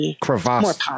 Crevasse